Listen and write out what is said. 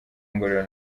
ngororero